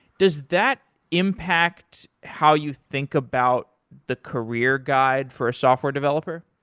does that impact how you think about the career guide for a software developer?